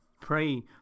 pray